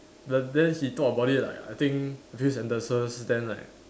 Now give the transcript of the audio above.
then then he talk about it like I think a few sentences then like